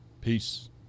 Peace